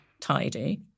tidy